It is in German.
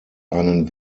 einen